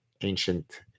ancient